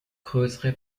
größere